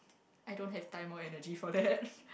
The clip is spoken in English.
I don't have time or energy for that